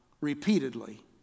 repeatedly